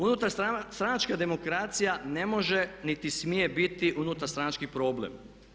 Unutarstranačka demokracija ne može niti smije biti unutarstranački problem.